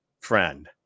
friend